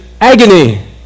agony